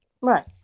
right